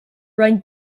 run